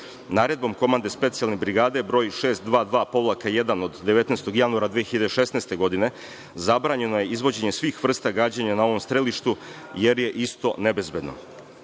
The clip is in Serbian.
Naredbom komande Specijalne brigade broj 622-1 od 19. januara 2016. godine zabranjeno je izvođenje svih vrsta gađanja na ovom strelištu jer je isto nebezbedno. Pitanje